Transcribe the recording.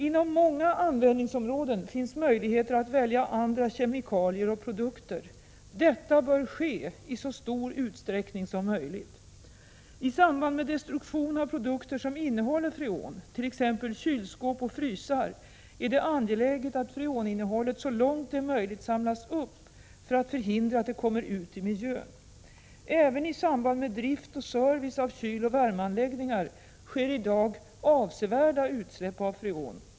Inom många användningsområden finns möjligheter att välja andra kemikalier eller produkter. Detta bör ske i så stor utsträckning som möjligt. I samband med destruktion av produkter som innehåller freon, t.ex. kylskåp och frysar, är det angeläget att freoninnehållet så långt det är möjligt samlas upp för att förhindra att det kommer ut i miljön. Även i samband med drift och service av kyloch värmeanläggningar sker i dag avsevärda utsläpp av freon.